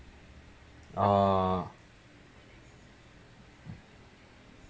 a'ah